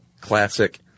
classic